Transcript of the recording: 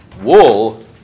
Wool